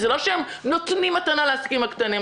זה לא שהם נותנים מתנה לעסקים הקטנים.